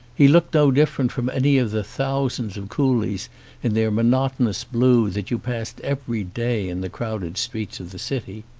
he looked no different from any of the thousands of coolies in their monotonous blue that you passed every day in the crowded streets of the city.